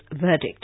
verdict